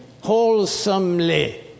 wholesomely